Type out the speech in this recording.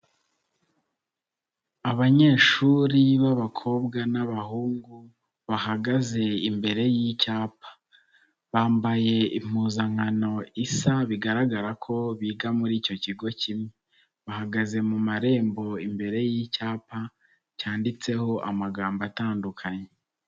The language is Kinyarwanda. Abanyeshuri b'abakobwa n'abahungu, bahagaze imbere y'icyapa, bambaye impuzankano isa, bigaragara ko biga muri icyo kigo kimwe, bahagaze mu marembo imbere y'icyapa, cyanditseho amagambo atandukanye.